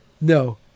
No